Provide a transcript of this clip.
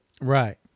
Right